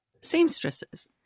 seamstresses